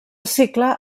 cicle